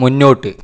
മുന്നോട്ട്